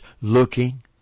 Looking